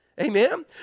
Amen